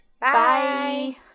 Bye